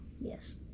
Yes